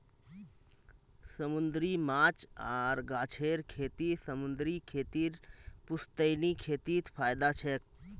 समूंदरी माछ आर गाछेर खेती समूंदरी खेतीर पुश्तैनी खेतीत फयदा छेक